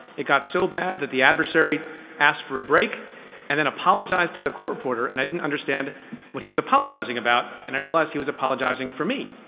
it got so bad that the adversary asked for a break and then apologized to the court reporter. and i understand what he was apologizing about, and i realized he was apologizing for me.